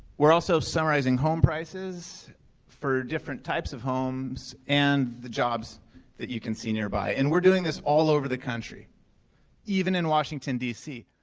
we're also summarizing home prices for different types of homes and the jobs that you can see nearby. and we're doing this all over the country even in washington, d c.